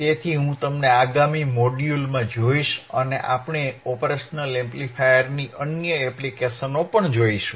તેથી હું તમને આગામી મોડ્યુલમાં જોઈશ અને આપણે ઓપરેશનલ એમ્પ્લીફાયરની અન્ય એપ્લિકેશનો જોઈશું